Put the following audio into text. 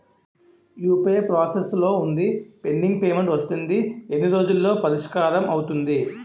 UPI process లో వుందిపెండింగ్ payment వస్తుంది ఎన్ని రోజుల్లో పరిష్కారం అవుతుంది